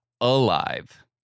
Alive